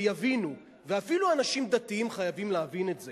ויבינו, ואפילו אנשים דתיים חייבים להבין את זה